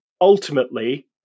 Ultimately